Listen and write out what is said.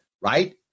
right